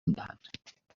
میدهند